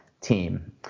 team